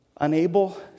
Unable